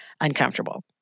uncomfortable